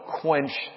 quench